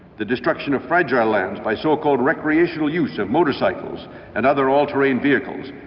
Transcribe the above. the destruction of fragile lands by so-called recreational use of motorcycles and other all-terrain vehicles.